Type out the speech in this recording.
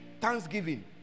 Thanksgiving